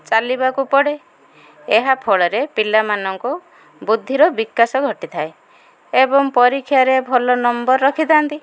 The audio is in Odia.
ଚାଲିବାକୁ ପଡ଼େ ଏହା ଫଳରେ ପିଲାମାନଙ୍କୁ ବୁଦ୍ଧିର ବିକାଶ ଘଟିଥାଏ ଏବଂ ପରୀକ୍ଷାରେ ଭଲ ନମ୍ବର ରଖିଥାନ୍ତି